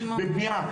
בבנייה,